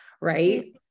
right